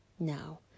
Now